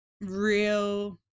real